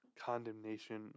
condemnation